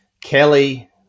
Kelly